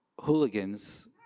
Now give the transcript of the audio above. hooligans